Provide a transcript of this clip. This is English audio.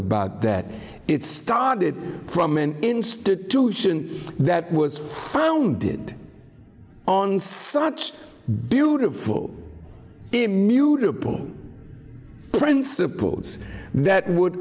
about that it started from an institution that was founded on such beautiful immutable principles that would